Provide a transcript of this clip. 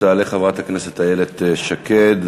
תעלה חברת הכנסת איילת שקד.